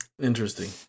Interesting